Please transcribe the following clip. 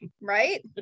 right